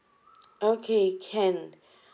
okay can